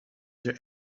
their